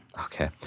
Okay